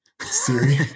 Siri